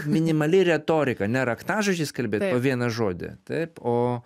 minimali retorika ne raktažodžiais kalbėt po vieną žodį taip o